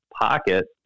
pocket